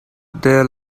their